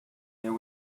there